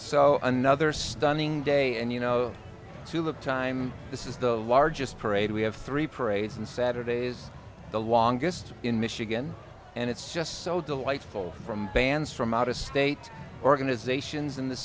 so another stunning day and you know to look time this is the largest parade we have three parades and saturday is the longest in michigan and it's just so delightful from bands from out of state organizations in the